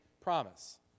promise